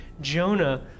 Jonah